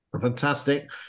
fantastic